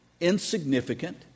insignificant